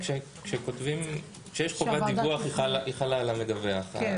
כשיש חובת דיווח היא חלה על המדווח.